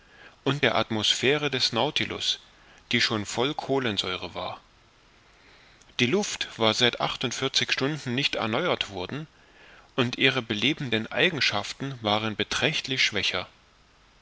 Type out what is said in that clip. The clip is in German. und der atmosphäre des nautilus die schon voll kohlensäure war die luft war seit achtundvierzig stunden nicht erneuert worden und ihre belebenden eigenschaften waren beträchtlich schwächer